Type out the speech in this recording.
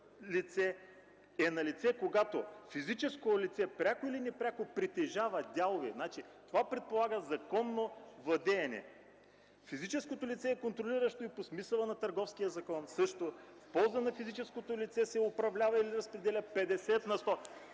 лице е налице, когато физическо лице пряко или непряко притежава дялове. Значи това предполага законно владеене. Физическото лице е контролиращо и по смисъла на Търговския закон. В полза на физическото лице се управлява или разпределя 50 на сто.